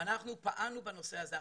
אנחנו פעלנו בנושא הזה,